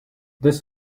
this